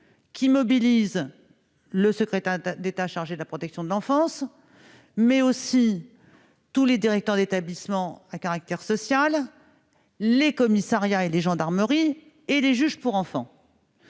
qui mobilise le secrétaire d'État chargé de la protection de l'enfance, mais également tous les directeurs d'établissement à caractère social, les commissariats et les gendarmeries ainsi que les juges pour enfants.